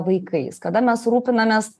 vaikais kada mes rūpinamės